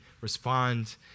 respond